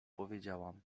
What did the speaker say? powiedziałam